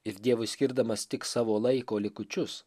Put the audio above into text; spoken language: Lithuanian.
ir dievui skirdamas tik savo laiko likučius